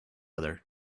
other